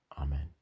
Amen